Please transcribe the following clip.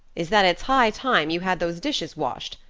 is that it's high time you had those dishes washed.